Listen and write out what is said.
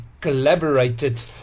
collaborated